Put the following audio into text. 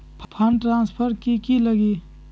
Fund transfer कि की लगी?